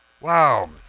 Wow